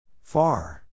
Far